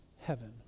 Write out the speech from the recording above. Heaven